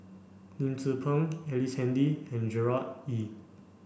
Lim Tze Peng Ellice Handy and Gerard Ee